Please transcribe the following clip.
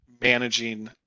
managing